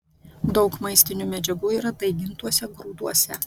daug maistinių medžiagų yra daigintuose grūduose